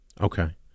Okay